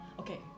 Okay